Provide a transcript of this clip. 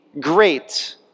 great